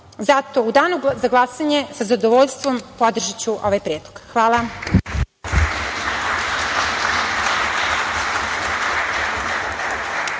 Zato ću u danu za glasanje sa zadovoljstvom podržati ovaj predlog. Hvala.